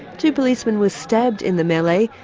two policemen were stabbed in the melee,